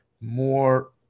more